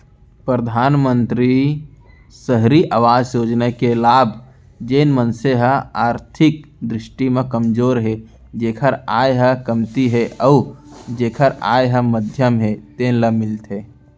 परधानमंतरी सहरी अवास योजना के लाभ जेन मनसे ह आरथिक दृस्टि म कमजोर हे जेखर आय ह कमती हे अउ जेखर आय ह मध्यम हे तेन ल मिलथे